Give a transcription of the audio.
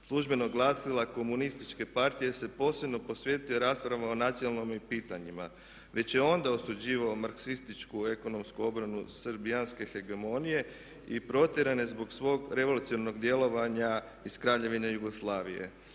službenog glasila komunističke partije, jer se posebno posvetio raspravama o nacionalnim pitanjima. Već je onda osuđivao marksističku ekonomsku obranu srbijanske hegemonije i protjeran je zbog svog revolucionarnog djelovanje iz Kraljevine Jugoslavije